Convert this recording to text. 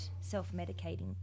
self-medicating